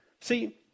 See